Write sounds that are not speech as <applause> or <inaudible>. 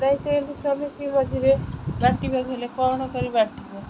<unintelligible> ଏମିତି ସ୍ୱାମୀ ସ୍ତ୍ରୀ ମଝିରେ ବାଣ୍ଟିବାକୁ ହେଲେ କ'ଣ କରି ବାଣ୍ଟିବ